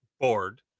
board